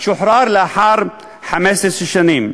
שוחרר לאחר 15 שנים.